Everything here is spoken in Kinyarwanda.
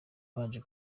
babanje